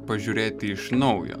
pažiūrėti iš naujo